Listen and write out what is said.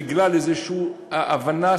בגלל איזושהי אי-הבנה,